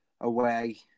away